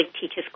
teaches